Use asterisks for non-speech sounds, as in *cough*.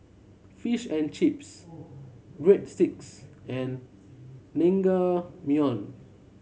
Fish and Chips Breadsticks and *unintelligible*